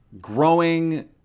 growing